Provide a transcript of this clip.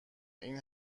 این